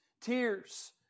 tears